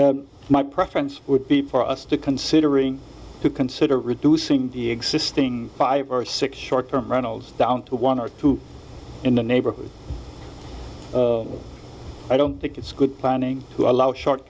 and my preference would be for us to considering to consider reducing the existing five or six short term runnels down to one or two in the neighborhood i don't think it's good planning to allow sho